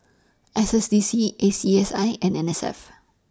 S S D C A C S I and N S F